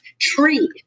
tree